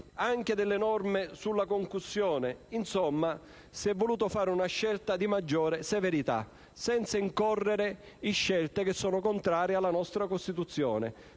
le norme sulla concussione. Insomma, si è voluta fare una scelta di maggiore severità, senza incorrere in scelte che sono contrarie alla nostra Costituzione